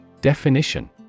Definition